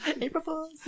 April